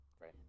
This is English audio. Right